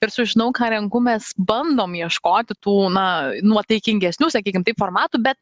ir su žinau ką renku mes bandom ieškoti tų na nuotaikingesnių sakykime taip formatų be